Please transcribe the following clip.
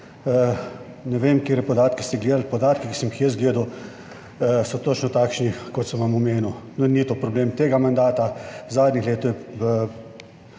ne vem, katere podatke ste gledali. Podatki, ki sem jih jaz gledal, so točno takšni kot sem vam omenil. Ni to problem tega mandata, zadnjih let,